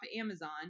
Amazon